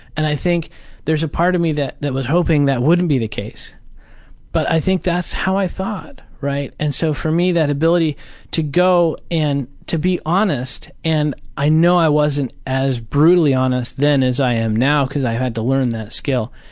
and i think there's a part of me that that was hoping that wouldn't be the case but i think that's how i thought, right? and so for me that ability to go and to be honest, and i know i wasn't as brutally honest then as i am now, because i had to learn that skill,